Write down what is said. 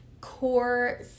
core